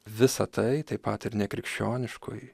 visa tai taip pat ir nekrikščioniškoj